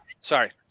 Sorry